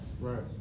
Right